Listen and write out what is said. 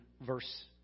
verse